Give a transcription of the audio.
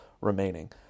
remaining